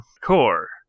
core